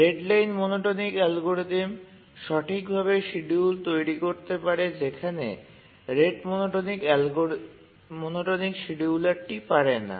deadline monotonic algorithm সঠিকভাবে schedule তৈরি করতে পারে যেখানে রেট মনোটোনিক শিডিউলারটি পারে না